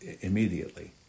immediately